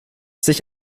sich